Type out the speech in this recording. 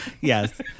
Yes